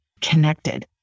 connected